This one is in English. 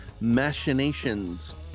machinations